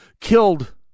killed